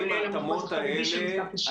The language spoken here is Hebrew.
כולל המחוז החרדי שנפתח השנה.